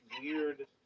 weird